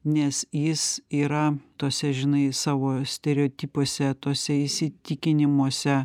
nes jis yra tuose žinai savo stereotipuose tuose įsitikinimuose